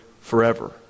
forever